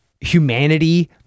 humanity